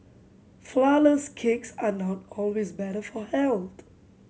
flourless cakes are not always better for health